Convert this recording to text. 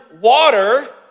water